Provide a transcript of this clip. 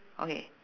okay